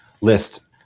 list